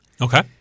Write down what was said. Okay